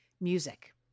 music